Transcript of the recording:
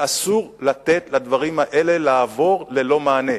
שאסור לתת לדברים האלה לעבור ללא מענה,